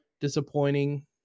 disappointing